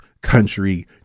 Country